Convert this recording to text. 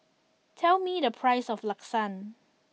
tell me the price of Lasagne